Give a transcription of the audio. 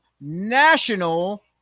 National